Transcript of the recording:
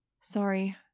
Sorry